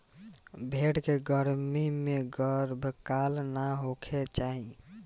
भेड़ के गर्मी में गर्भकाल ना होखे के चाही